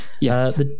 Yes